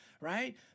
right